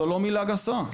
זו לא מילה גסה.